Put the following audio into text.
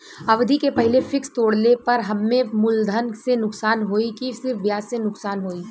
अवधि के पहिले फिक्स तोड़ले पर हम्मे मुलधन से नुकसान होयी की सिर्फ ब्याज से नुकसान होयी?